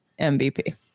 MVP